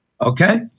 Okay